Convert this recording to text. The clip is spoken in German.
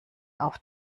auf